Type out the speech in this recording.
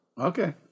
Okay